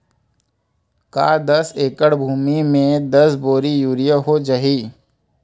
का दस एकड़ भुमि में दस बोरी यूरिया हो जाही?